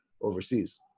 overseas